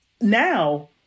Now